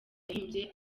yahimbye